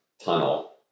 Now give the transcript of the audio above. tunnel